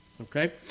okay